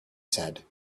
said